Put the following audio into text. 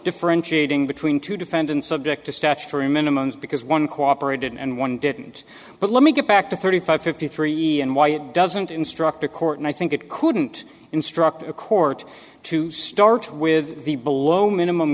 differentiating between two defendants subject to statutory minimum is because one cooperated and one didn't but let me get back to thirty five fifty three and why it doesn't instruct the court and i think it couldn't instruct a court to start with the below minimum